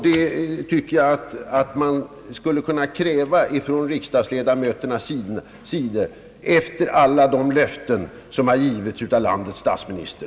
Det tycker jag att man skulle kunna kräva från riksdagsledamöternas sida — efter alla de löften som har givits av landets statsminister.